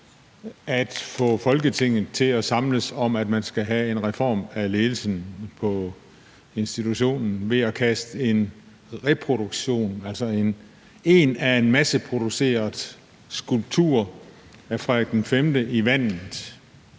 at få Folketinget til at samles om, at man skal have en reform af ledelsen på institutionen, ved at kaste en reproduktion, altså et eksemplar af en masseproduceret skulptur af Frederik V, i vandet.